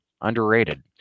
underrated